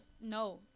no